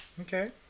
Okay